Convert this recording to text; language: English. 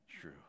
true